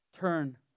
Turn